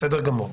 בסדר גמור,